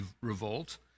revolt